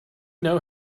know